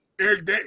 Eric